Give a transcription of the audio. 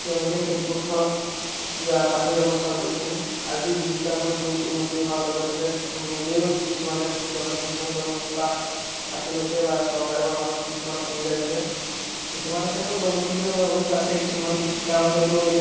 তেওঁলোকে খেতিপথাৰত যা পানী ব্যৱস্থা কৰিছিলে আজি বিজ্ঞানৰ যুগ উন্নতি হোৱাৰ লগে লগে চব নিজেও কিছুমানে জলসিঞ্চন ব্যৱষ্টা বাছি লৈছে বা চৰকাৰেও আমাক কিছুমান সুবিধা দিছে কিছুমান ক্ষেত্ৰত জলসিঞ্চন ব্যৱস্থা আছে কিছুমান গাঁৱত হয়তো